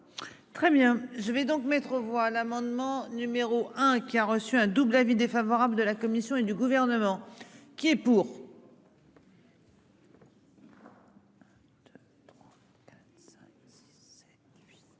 Très bien je vais donc mettre aux voix l'amendement numéro 1 qui a reçu un double avis défavorable de la Commission et du gouvernement qui est pour.